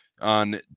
on